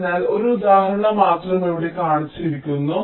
അതിനാൽ ഒരു ഉദാഹരണം മാത്രം ഇവിടെ കാണിച്ചിരിക്കുന്നു